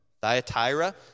Thyatira